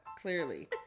clearly